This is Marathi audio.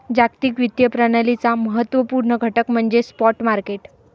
जागतिक वित्तीय प्रणालीचा महत्त्व पूर्ण घटक म्हणजे स्पॉट मार्केट